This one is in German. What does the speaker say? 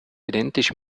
identisch